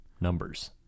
numbers